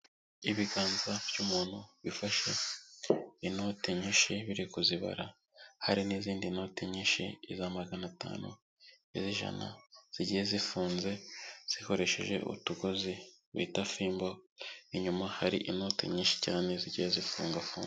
Ibiganza by'umuntu bifashe inoti nyinshi biri kuzibara, hari n'izindi noti nyinshi iza magana atanu, iz'ijana zigiye zifunze zikoresheje utugozi bita fimbo, inyuma hari inoti nyinshi cyane zigiye zifungafunga.